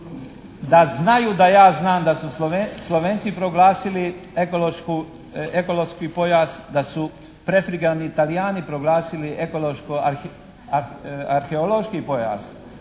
da znaju da ja znam da su Slovenci proglasili ekološki pojas, da su prefrigani Talijani proglasili ekološko arheološki pojas